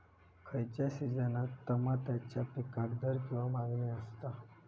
खयच्या सिजनात तमात्याच्या पीकाक दर किंवा मागणी आसता?